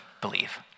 believe